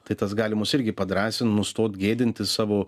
tai tas gali mus irgi padrąsint nustot gėdintis savo